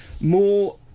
More